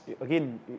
again